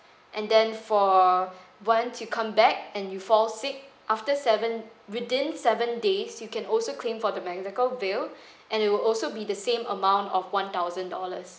and then for once you come back and you fall sick after seven within seven days you can also claim for the medical bill and it will also be the same amount of one thousand dollars